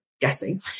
Guessing